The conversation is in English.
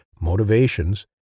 motivations